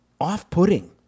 off-putting